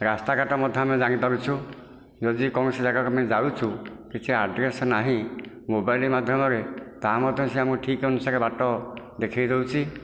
ରାସ୍ତାଘାଟ ମଧ୍ୟ ଆମେ ଜାଣିପାରୁଛୁ ଯଦି କୌଣସି ଜାଗାକୁ ଆମେ ଯାଉଛୁ କିଛି ଅଡ୍ରେସ୍ ନାହିଁ ମୋବାଇଲ୍ ମାଧ୍ୟମରେ ତାହା ମଧ୍ୟ ସେ ଆମକୁ ଠିକ ଅନୁସାରେ ବାଟ ଦେଖେଇଦେଉଛି